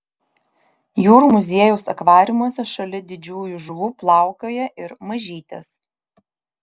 jūrų muziejaus akvariumuose šalia didžiųjų žuvų plaukioja ir mažytės